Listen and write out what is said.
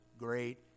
great